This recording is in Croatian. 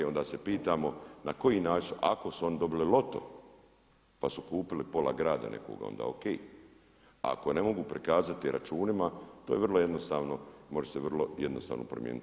I onda se pitamo na koji način, ako su oni dobili loto pa su kupili pola grada nekoga onda ok, a ako ne mogu prikazati računima to je vrlo jednostavno, može se vrlo jednostavno promijeniti.